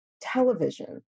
television